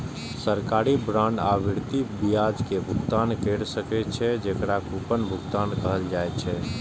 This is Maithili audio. सरकारी बांड आवर्ती ब्याज के भुगतान कैर सकै छै, जेकरा कूपन भुगतान कहल जाइ छै